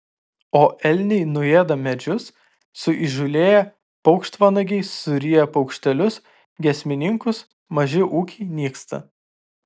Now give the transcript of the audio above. o elniai nuėda medžius suįžūlėję paukštvanagiai suryja paukštelius giesmininkus maži ūkiai nyksta